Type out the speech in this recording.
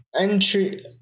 entry